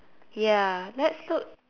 ya let's look